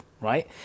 right